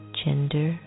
gender